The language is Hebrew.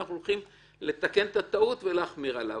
אנחנו הולכים לתקן את הטעות ולהחמיר לגביו.